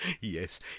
yes